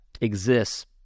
exists